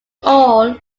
all